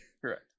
Correct